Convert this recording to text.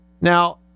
Now